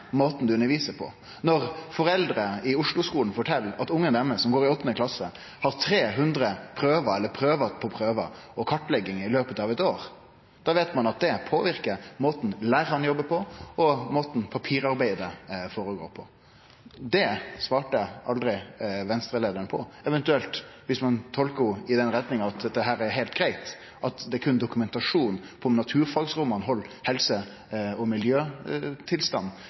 på. Når foreldre i Osloskolen fortel at ungane deira som går i 8. klasse, har 300 prøver – prøve på prøve – og kartleggingar i løpet av eit år, veit ein at det påverkar måten lærarane jobbar på, og måten papirarbeidet føregår på. Det svarte aldri Venstre-leiaren på. Eventuelt kan ein tolke henne i den retninga at dette er heilt greitt, at det berre er dokumentasjon på om naturfagsromma held, på helse- og miljøtilstand.